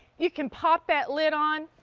you can pop that lid on,